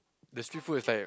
the street food is like